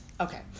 Okay